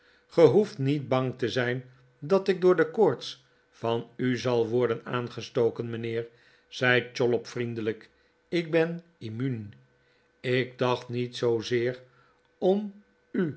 gij hoeft niet bang te zijn dat ik door de koorts van u zal worden aangestoken mijnheer zei chollop vriendelijk ik ben immuun ik dacht niet zoozeer om u